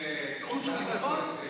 חוץ וביטחון?